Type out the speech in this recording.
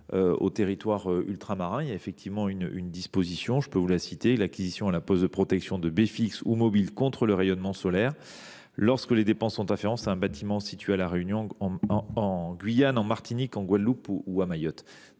aux territoires ultramarins est prévue, avec une mesure précise : l’acquisition et la pose de protections de baies fixes ou mobiles contre le rayonnement solaire, lorsque les dépenses sont afférentes à un bâtiment situé à La Réunion, en Guyane, en Martinique, en Guadeloupe ou à Mayotte.